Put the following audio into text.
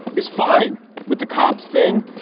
is fine with the cops thing,